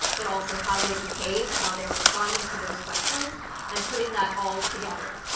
but also how they behave, how they're responding to those questions and putting that all together.